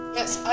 Yes